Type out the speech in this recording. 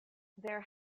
there